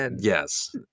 Yes